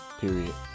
Period